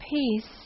peace